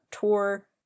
tour